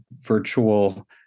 virtual